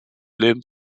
leben